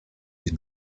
die